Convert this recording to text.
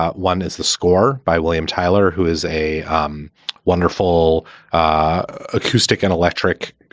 ah one is the score by william tyler, who is a um wonderful ah acoustic and electric